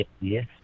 Yes